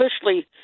officially